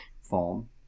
form